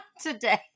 today